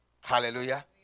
Hallelujah